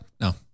no